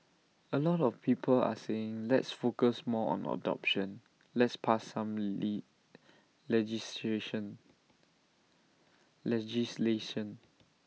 A lot of people are saying let's focus more on adoption let's pass some lee legislation legislation